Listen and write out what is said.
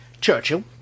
Churchill